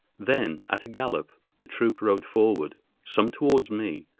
then, at a gallop, the troop rode forward some towards me,